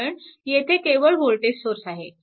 कारण येथे केवळ वोल्टेज सोर्स आहे